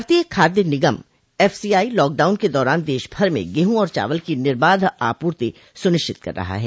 भारतीय खाद्य निगम एफसीआई लॉकडाउन के दौरान देशभर में गेहूं और चावल की निर्बाध आपर्ति सुनिश्चित कर रहा है